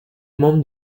membres